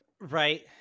Right